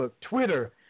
Twitter